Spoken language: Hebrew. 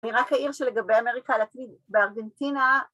‫אני רק אעיר שלגבי אמריקה ‫הלטינית בארגנטינה.